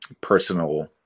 personal